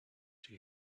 she